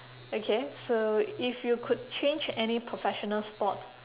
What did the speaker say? okay so if you could change any professional sport